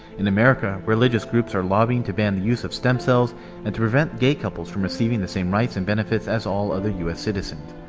in america, religious groups are lobbying to ban the use of stem cells and to prevent gay couples from receiving the same rights and benefits as all other us citizens.